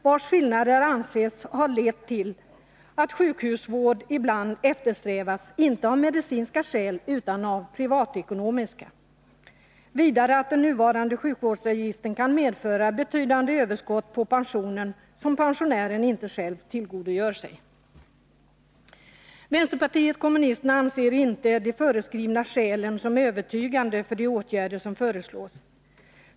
Dessa skillnader anses ha lett till att sjukhusvård ibland eftersträvats inte av medicinska skäl utan av privatekonomiska skäl och vidare av att den nuvarande sjukvårdsavgiften kan medföra betydande överskott på pensionen, som pensionären inte själv tillgodogör sig. Vänsterpartiet kommunisterna anser inte de angivna skälen som övertygande för de åtgärder som föreslås.